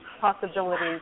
possibilities